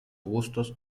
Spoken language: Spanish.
gustos